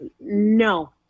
No